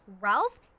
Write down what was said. Ralph